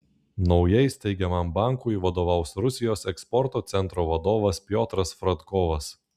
naujai steigiamam bankui vadovaus rusijos eksporto centro vadovas piotras fradkovas